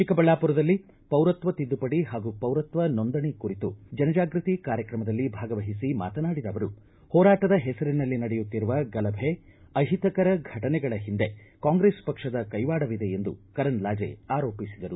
ಚಿಕ್ಕಬಳ್ಳಾಪುರದಲ್ಲಿ ಪೌರತ್ವ ತಿದ್ದುಪಡಿ ಹಾಗೂ ಪೌರತ್ವ ನೊಂದಣಿ ಕುರಿತು ಜನ ಜಾಗೃತಿ ಕಾರ್ಯಕ್ರಮದಲ್ಲಿ ಭಾಗವಹಿಸಿ ಮಾತನಾಡಿದ ಅವರು ಹೋರಾಟದ ಹೆಸರಿನಲ್ಲಿ ನಡೆಯುತ್ತಿರುವ ಗಲಭೆ ಅಹಿತಕರ ಘಟನೆಗಳ ಹಿಂದೆ ಕಾಂಗ್ರೆಸ್ ಪಕ್ಷದ ಕೈವಾಡ ಇದೆಯೆಂದು ಶೋಭಾ ಕರಂದ್ಲಾಜೆ ಆರೋಪಿಸಿದರು